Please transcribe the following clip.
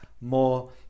more